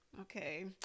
okay